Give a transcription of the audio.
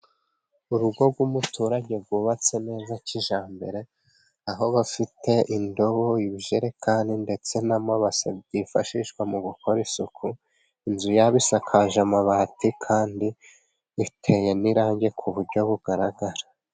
Urugo rw'umuturage rwubatse neza kijyambere, aho bafite indobo ibijerekani ndetse n'amabase byifashishwa mu gukora isuku. Inzu bayisakaje amabati kandi iteye n'irangi ku buryo bugaragara.